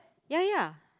ya ya